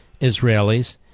Israelis